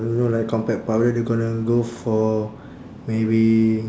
you know like compact powder they gonna go for maybe